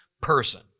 person